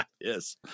Yes